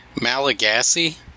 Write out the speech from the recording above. Malagasy